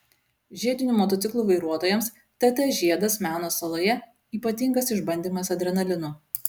žiedinių motociklų vairuotojams tt žiedas meno saloje ypatingas išbandymas adrenalinu